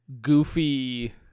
goofy